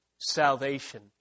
Salvation